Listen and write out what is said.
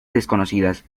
desconocidas